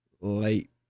late